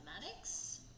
Mathematics